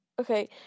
Okay